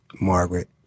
Margaret